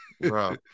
Bro